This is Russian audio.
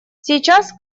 сейчас